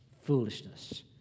foolishness